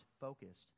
focused